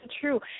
true